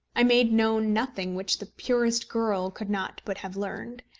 i made known nothing which the purest girl could not but have learned,